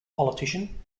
politician